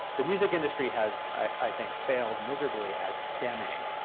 the music industry has, i think, failed miserably at stemming